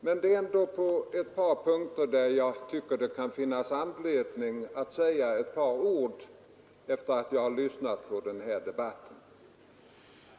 Men det är ändå på ett par punkter där jag tycker det kan finnas anledning att säga ett par ord efter det att jag har lyssnat på debatten.